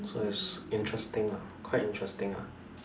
so is interesting lah quite interesting ah